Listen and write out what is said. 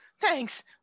Thanks